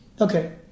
Okay